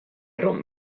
don’t